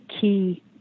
key